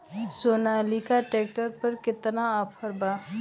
Sonalika tractor पर केतना offer बा?